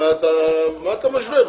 מה אתה משווה בכלל?